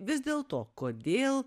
vis dėl to kodėl